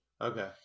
Okay